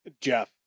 jeff